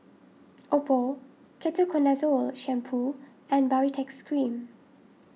Oppo Ketoconazole Shampoo and Baritex Cream